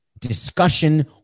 discussion